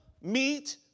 meet